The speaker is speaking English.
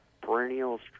perennials